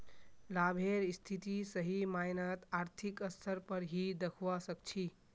लाभेर स्थिति सही मायनत आर्थिक स्तर पर ही दखवा सक छी